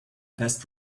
best